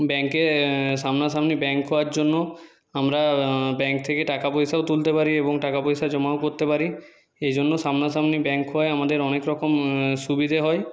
ব্যাংকে সামনা সামনি ব্যাংক হওয়ার জন্য আমরা ব্যাংক থেকে টাকা পয়সাও তুলতে পারি এবং টাকা পয়সা জমাও করতে পারি এজন্য সামনা সামনি ব্যাংক হওয়ায় আমাদের অনেক রকম সুবিধে হয়